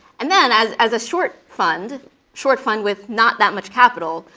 and then as as a short fund short fund with not that much capital,